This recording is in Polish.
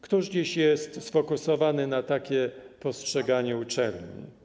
Któż dziś jest sfokusowany na takie postrzeganie uczelni?